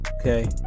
okay